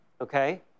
Okay